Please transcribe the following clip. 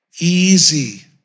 easy